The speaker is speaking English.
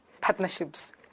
partnerships